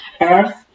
earth